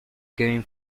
kevin